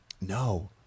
No